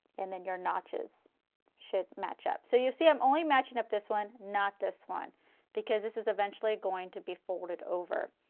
and then your notches should match up. so you see i am only matching up this one, not this one because this is eventually going to be folded over.